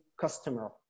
customer